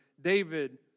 David